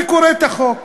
ואני קורא את החוק.